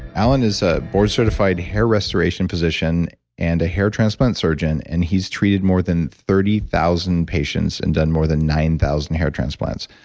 alan is a board certified hair restoration physician and a hair transplant surgeon, and he's treated more than thirty thousand patients and done more than nine thousand hair transplants.